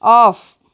off